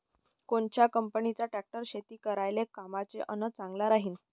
कोनच्या कंपनीचा ट्रॅक्टर शेती करायले कामाचे अन चांगला राहीनं?